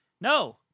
No